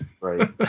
right